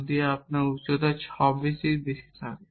যদি আপনার উচ্চতা 6 ফুটের বেশি থাকে